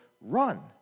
run